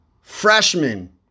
freshman